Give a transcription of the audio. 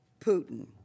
Putin